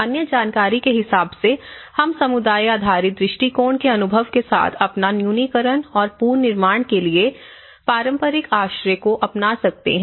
अन्य जानकारी के हिसाब से हम समुदाय आधारित दृष्टिकोण के अनुभव के साथ आपदा न्यूनीकरण और पुनर्निर्माण के लिए पारंपरिक आश्रय को अपना सकते हैं